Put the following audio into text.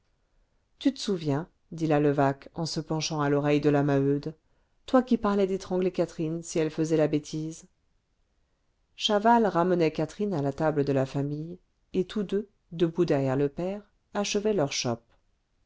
tu te souviens dit la levaque en se penchant à l'oreille de la maheude toi qui parlais d'étrangler catherine si elle faisait la bêtise chaval ramenait catherine à la table de la famille et tous deux debout derrière le père achevaient leur chope